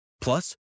Plus